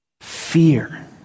Fear